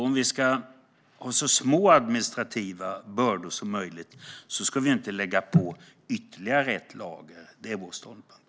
Om vi ska ha så små administrativa bördor som möjligt ska vi inte lägga på ytterligare ett lager. Det är vår ståndpunkt.